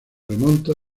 remonta